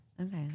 Okay